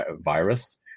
virus